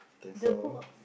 that saw